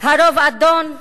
הרוב אדון.